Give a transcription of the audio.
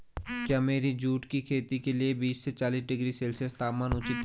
क्या मेरी जूट की खेती के लिए बीस से चालीस डिग्री सेल्सियस तापमान उचित है?